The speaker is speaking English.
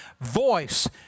voice